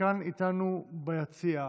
שכאן איתנו ביציע,